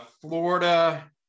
Florida